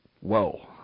Whoa